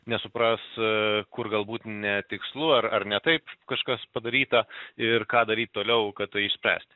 nesupras kur galbūt netikslu ar ar netaip kažkas padaryta ir ką daryt toliau kad tai išspręsti